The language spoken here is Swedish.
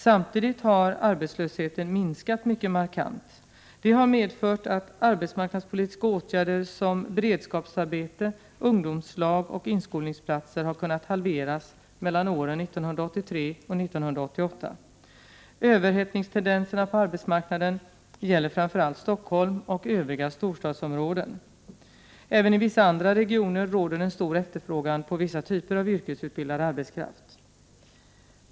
Samtidigt har arbetslösheten minskat mycket markant. Det har medfört att arbetsmarknadspolitiska åtgärder såsom beredskapsarbete, ungdomslag och inskolningsplatser har kunnat halveras mellan åren 1983 och 1988. Överhettningstendenserna på arbetsmarknaden gäller framför allt Stockholm och övriga storstadsområden. Även i vissa andra regioner råder en stor efterfrågan på vissa typer av yrkesutbildad arbetskraft.